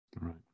Right